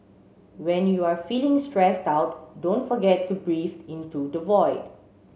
when you are feeling stressed out don't forget to breathe into the void